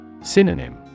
Synonym